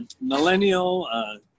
millennial